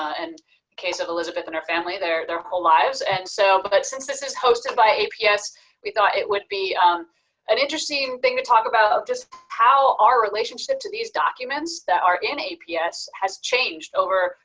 and the case of elisabeth and her family, their their whole lives and so, but since this is hosted by aps, we thought it would be an interesting thing to talk about just how our relationship to these documents that are in aps has changed over,